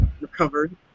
recovered